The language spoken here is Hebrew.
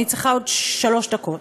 אני צריכה עוד שלוש דקות,